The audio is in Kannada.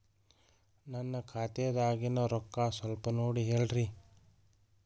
ನನ್ನ ಖಾತೆದಾಗಿನ ರೊಕ್ಕ ಸ್ವಲ್ಪ ನೋಡಿ ಹೇಳ್ರಿ